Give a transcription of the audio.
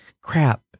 crap